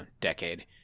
decade